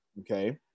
okay